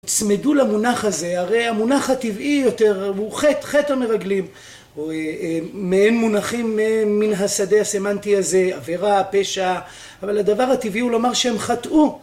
צמדו למונח הזה, הרי המונח הטבעי יותר, הוא חטא, חטא מרגלים מעין מונחים מן השדה הסמנטי הזה, עבירה, פשע אבל הדבר הטבעי הוא לומר שהם חטאו